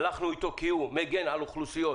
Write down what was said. הלכנו איתו כי הוא מגן על אוכלוסיות